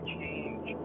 change